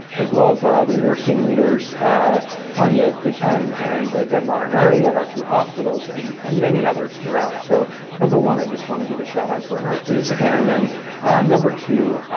as well as our other nursing leaders tonja thigpen and deb marinari at our two hospitals and and many others throughout. throughout. so number one, i just want to give a shout out to our nurses, and then number two,